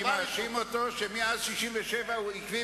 אני מאשים אותו שמאז 1967 הוא עקבי